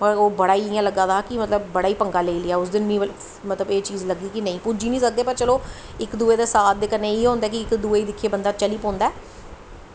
ओह् मतलब बड़ा इ'यां लग्गा दा हा कि बड़ा गै इ'यां पंग्गा लेई लेआ मतलब एह् चीज लग्गी कि पुज्जी निं सकदे पर चलो इक दुए दे कन्नै साथ दे कन्नै इ'यै होंदा कि इक दुए गी दिक्खियै बंदा चली पौंदा ऐ